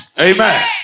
Amen